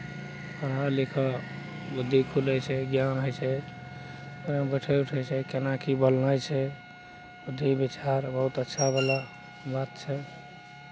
पढ़य लिखय बुद्धि खुलै छै ज्ञान होइ छै केना बैठैत उठैत छै केना की बोलनाइ छै बुद्धि विचार बहुत अच्छावला बात छै